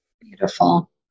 Beautiful